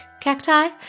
cacti